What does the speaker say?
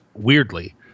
weirdly